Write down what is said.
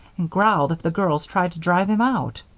and growled if the girls tried to drive him out.